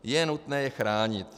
Je nutné je chránit.